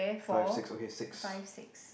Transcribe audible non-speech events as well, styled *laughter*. five six okay six *breath*